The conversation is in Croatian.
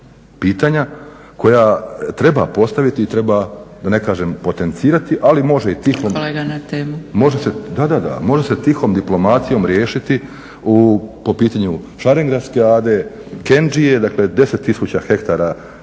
pitanja koja treba postaviti i treba da ne kažem potencirati ali može se tihom diplomacijom riješiti po pitanju Šarengradske ade, Kenđije, dakle